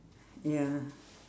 ya